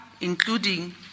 including